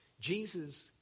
Jesus